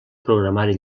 programari